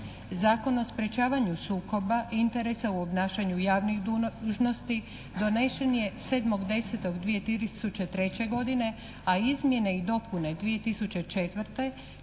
Zakon o sprečavanju sukoba interesa u obnašanju javnih dužnosti donešen je 7.10.2003. godine, a izmjene i dopune 2004. kada